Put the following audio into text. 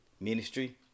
Ministry